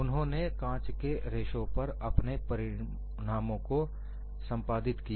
उन्होंने कांच के रेशों पर अपने परिणामों को संपादित किया